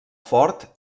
fort